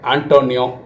Antonio